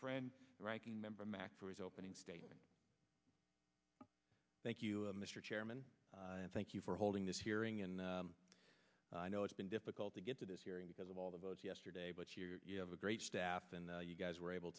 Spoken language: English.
friend the ranking member mack for his opening statement thank you mr chairman and thank you for holding this hearing and i know it's been difficult to get to this hearing because of all the votes yesterday but you have a great staff and you guys were able